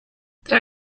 there